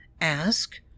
Ask